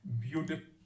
beautiful